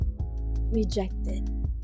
rejected